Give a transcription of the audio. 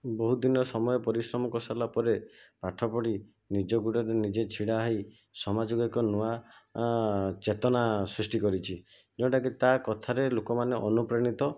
ବହୁ ଦିନ ସମୟ ପରିଶ୍ରମ କରିସାରିଲା ପରେ ପାଠ ପଢ଼ି ନିଜ ଗୋଡ଼ରେ ନିଜେ ଛିଡ଼ା ହୋଇ ସମାଜକୁ ଏକ ନୂଆ ଚେତନା ସୃଷ୍ଟି କରିଛି ଯୋଉଁଟାକି ତା' କଥାରେ ଲୋକମାନେ ଅନୁପ୍ରାଣିତ